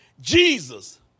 Jesus